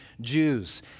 Jews